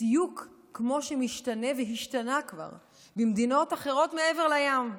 בדיוק כמו שמשתנה והשתנה כבר במדינות אחרות מעבר לים.